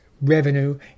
revenue